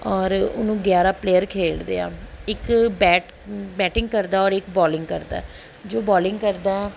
ਔਰ ਉਹਨੂੰ ਗਿਆਰਾਂ ਪਲੇਅਰ ਖੇਡਦੇ ਆ ਇੱਕ ਬੈਟ ਬੈਟਿੰਗ ਕਰਦਾ ਔਰ ਇੱਕ ਬੋਲਿੰਗ ਕਰਦਾ ਜੋ ਬੋਲਿੰਗ ਕਰਦਾ